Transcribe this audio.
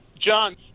John